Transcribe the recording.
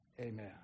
Amen